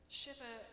shiver